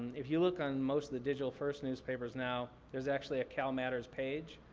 if you look on most of the digital first newspapers now, there's actually a calmatters page